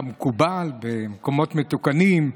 כמקובל במקומות מתוקנים,